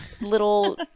little